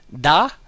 da